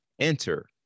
Enter